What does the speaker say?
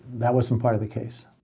that wasn't part of the case